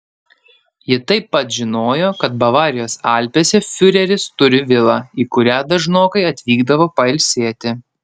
ji taip pat žinojo kad bavarijos alpėse fiureris turi vilą į kurią dažnokai atvykdavo pailsėti